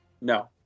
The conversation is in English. No